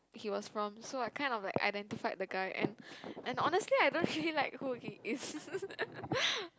he was from so I kind of like identified the guy and and honestly I don't really like who he is